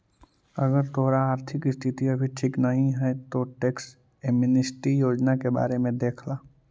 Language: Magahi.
अगर तोहार आर्थिक स्थिति अभी ठीक नहीं है तो तु टैक्स एमनेस्टी योजना के बारे में देख ला